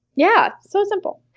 yeah, so simple.